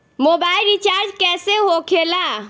Mobile recharge कैसे होखे ला?